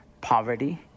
poverty